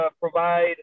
provide